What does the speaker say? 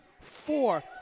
four